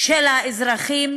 של האזרחים,